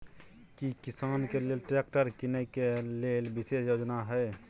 की किसान के लेल ट्रैक्टर कीनय के लेल विशेष योजना हय?